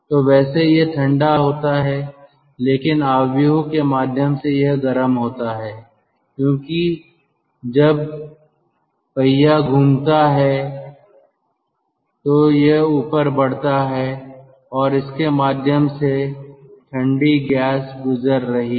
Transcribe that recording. तो वैसे यह ठंडा होता है लेकिन मैट्रिक्स के माध्यम से यह गर्म होता है क्योंकि जब पहिया घूमता है तो यह ऊपर बढ़ता है और इसके माध्यम से ठंडी गैस गुजर रही है